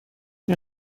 این